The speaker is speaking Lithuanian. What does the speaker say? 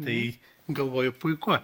tai galvoju puiku